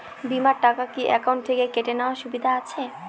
বিমার টাকা কি অ্যাকাউন্ট থেকে কেটে নেওয়ার সুবিধা আছে?